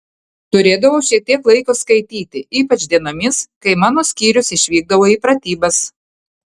turėdavau šiek tiek laiko skaityti ypač dienomis kai mano skyrius išvykdavo į pratybas